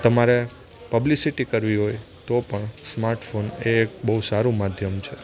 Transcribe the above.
તમારે પબ્લિસિટી કરવી હોય તો પણ સ્માર્ટફોન એ એક બહુ સારું માધ્યમ છે